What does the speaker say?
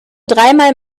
dreimal